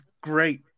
great